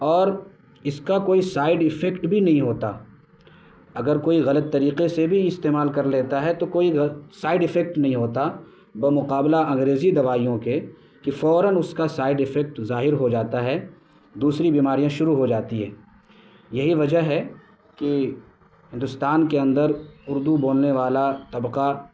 اور اس کا کوئی سائیڈ ایفیکٹ بھی نہیں ہوتا اگر کوئی غلط طریقے سے بھی استعمال کر لیتا ہے تو کوئی سائیڈ ایفیکٹ نہیں ہوتا بمقابلہ انگریزی دوائیوں کے کہ فوراً اس کا سائیڈ ایفیکٹ ظاہر ہو جاتا ہے دوسری بیماریاں شروع ہو جاتی ہے یہی وجہ ہے کہ ہندوستان کے اندر اردو بولنے والا طبقہ